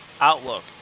Outlook